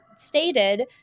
stated